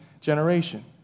generation